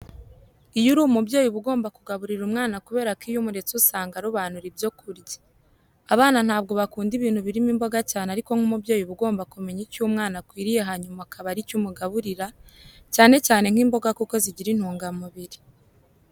Iyo uri umubyeyi uba ugomba kugaburira umwana kubera ko iyo umuretse usanga arobanura ibyo kurya. Abana ntabwo bakunda ibintu birimo imboga cyane ariko nk'umubyeyi uba ugomba kumenya icyo umwana akwiye hanyuma ukaba ari cyo umugaburira, cyane cyane nk'imboga kuko zigira intungamubiri.